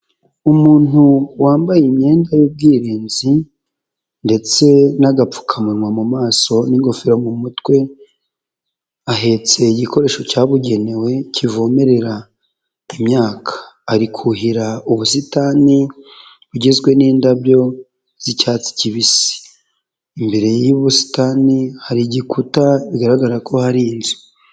Umuntu wambaye imyenda y'ubwirinzi ndetse n'agapfukamunwa mu maso n'ingofero mu mutwe ahetse igikoresho cyabugenewe kivomerera imyaka, ari kuhira ubusitani bugizwe n'indabyo z'icyatsi kibisi, imbere y'ubusitani hari igikuta bigaragara ko hari inzu.